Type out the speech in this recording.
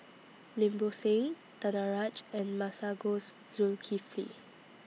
Lim Bo Seng Danaraj and Masagos Zulkifli